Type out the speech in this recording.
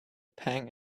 pang